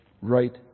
right